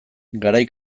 garai